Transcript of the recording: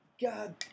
God